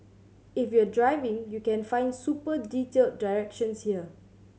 if you're driving you can find super detailed directions here